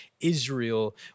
Israel